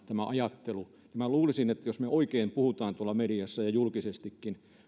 tämä ajattelu minä luulisin että jos me oikein puhumme tuolla mediassa ja julkisestikin